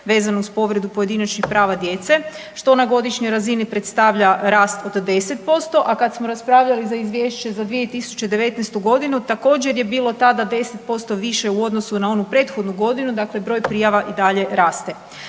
vezano uz povredu pojedinačnih prava djece što na godišnjoj razini predstavlja rast od 10%, a kada smo raspravljali za Izvješće za 2019. godinu također je bilo tada 10% više u odnosu na onu prethodnu godinu, dakle broj prijava i dalje raste.